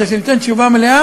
כדי שאני אתן תשובה מלאה,